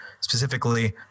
specifically